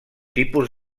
tipus